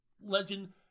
legend